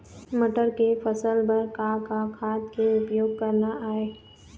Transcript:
मटर के फसल बर का का खाद के उपयोग करना ये?